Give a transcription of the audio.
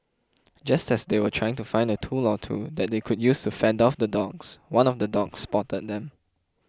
just as they were trying to find a tool or two that they could use to fend off the dogs one of the dogs spotted them